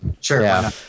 Sure